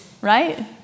right